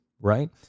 right